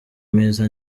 meza